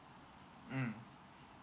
mm